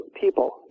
people